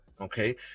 okay